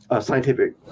scientific